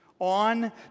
on